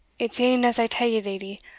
it's e'en as i tell you, leddy.